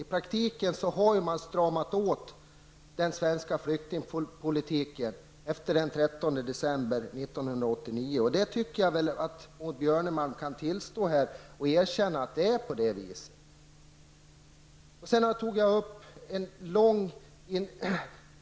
I praktiken har den svenska flyktingpolitiken stramats åt efter den 13 december 1989. Jag tycker att Maud Björnemalm kan erkänna att det är på det sättet.